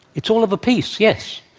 it's all of a piece, yes.